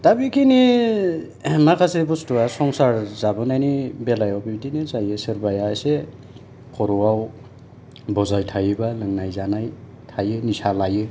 दा बिखिनि माखासे बस्टुआ संसार जाबोनायनि बेलायाव बिदिनो जायो सोरबाया एसे खर'आव बजाय थायोबा लोंनाय जानाय थायो निसा लायो